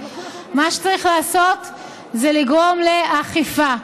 מה שצריך לעשות זה לגרום לאכיפה.